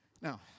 Now